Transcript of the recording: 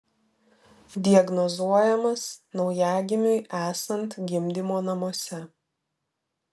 diagnozuojamas naujagimiui esant gimdymo namuose